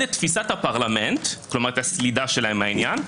את תפיסת הפרלמנט כלומר את הסלידה שלהם מהעניין,